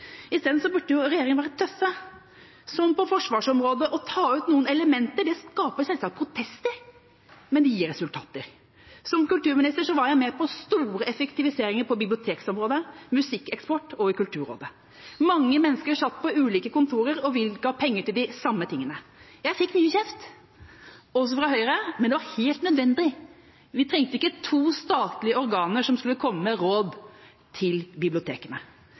Isteden burde regjeringen være tøff, som på forsvarsområdet, og ta ut noen elementer. Det skaper selvsagt protester, men det gir resultater. Som kulturminister var jeg med på store effektiviseringer på bibliotekområdet, musikkeksport og i Kulturrådet. Mange mennesker satt på ulike kontorer og bevilget penger til de samme tingene. Jeg fikk mye kjeft, også fra Høyre, men det var helt nødvendig. Vi trengte ikke to statlige organer som skulle komme med råd til bibliotekene.